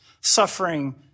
suffering